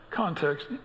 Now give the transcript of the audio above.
context